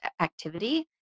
activity